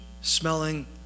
smelling